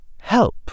help